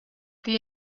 the